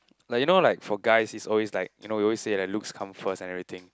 like you know like for guys it's always like your know we always say like looks come first and everything